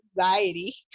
anxiety